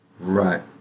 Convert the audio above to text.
Right